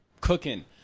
cooking